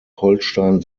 holstein